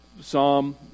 Psalm